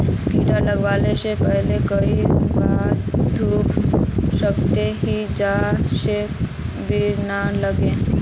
कीड़ा लगवा से पहले कोई दाबा दुबा सकोहो ही जहा से कीड़ा नी लागे?